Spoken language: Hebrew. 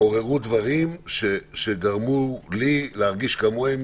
עוררו דברים שגרמו לי להרגיש כמוהם,